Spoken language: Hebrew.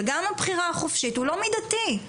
וגם הבחירה החופשית היא לא מידתי,